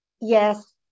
Yes